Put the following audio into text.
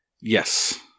Yes